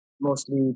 mostly